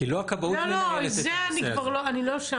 כי לא הכבאות --- אני כבר לא שם.